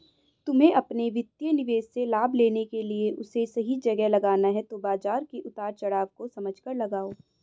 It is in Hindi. तुम्हे अपने वित्तीय निवेश से लाभ लेने के लिए उसे सही जगह लगाना है तो बाज़ार के उतार चड़ाव को समझकर लगाओ